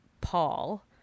Paul